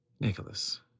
Nicholas